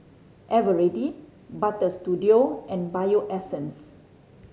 Eveready Butter Studio and Bio Essence